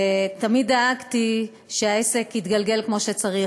ותמיד דאגתי שהעסק יתגלגל כמו שצריך.